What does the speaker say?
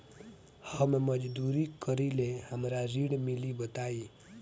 हम मजदूरी करीले हमरा ऋण मिली बताई?